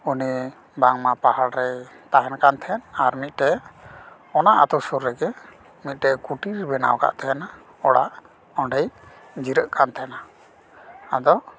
ᱩᱱᱤ ᱵᱟᱝᱢᱟ ᱯᱟᱦᱟᱲ ᱨᱮ ᱛᱟᱦᱮᱱ ᱠᱟᱱ ᱛᱟᱦᱮᱸᱫ ᱟᱨ ᱢᱤᱫᱴᱮᱱ ᱚᱱᱟ ᱟᱛᱳ ᱥᱩᱨ ᱨᱮᱜᱮ ᱢᱤᱫᱴᱮᱱ ᱠᱩᱴᱤᱨ ᱵᱮᱱᱟᱣ ᱠᱟᱜ ᱛᱟᱦᱮᱱᱟ ᱚᱲᱟᱜ ᱚᱸᱰᱮᱭ ᱡᱤᱨᱟᱹᱜ ᱠᱟᱱ ᱛᱟᱦᱮᱱᱟ ᱟᱫᱚ